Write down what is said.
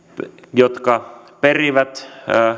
jotka perivät